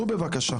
העובדים.